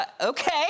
Okay